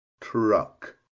truck